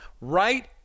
Right